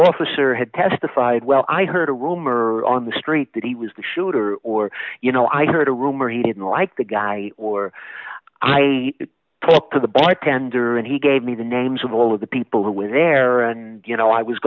officer had testified well i heard a rumor on the street that he was the shooter or you know i heard a rumor he didn't like the guy or i talked to the bike tender and he gave me the names of all of the people who were there and you know i was